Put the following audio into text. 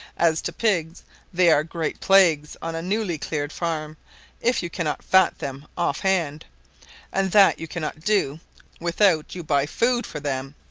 as to pigs they are great plagues on a newly cleared farm if you cannot fat them off-hand and that you cannot do without you buy food for them,